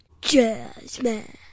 Jasmine